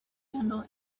handle